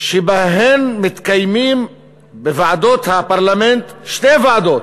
שבהן מתקיימות בפרלמנט שתי ועדות,